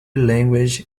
language